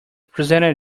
presented